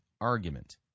argument